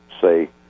say